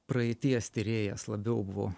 praeities tyrėjas labiau buvo